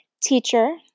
Teacher